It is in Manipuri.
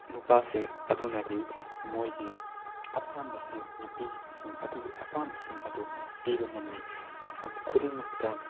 ꯅꯨꯄꯥꯁꯤꯡ ꯑꯗꯨꯅꯗꯤ ꯃꯣꯏꯒꯤ ꯑꯄꯥꯝꯕꯁꯤꯡ ꯅꯨꯄꯤꯁꯤꯡ ꯑꯗꯨꯒꯤ ꯑꯄꯥꯝꯕꯁꯤꯡ ꯑꯗꯨ ꯄꯤꯕ ꯉꯝꯃꯤ ꯃꯐꯝ ꯈꯨꯗꯤꯡꯃꯛꯇ